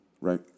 Right